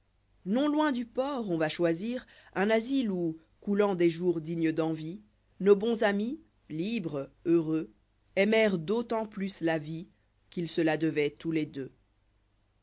non loin du port on va choisir un asile où coulant des jours dignes d'envie nos bons amis libres heureux aimèrent d'autant plus la vie qu'ils se la dévoient tous les deux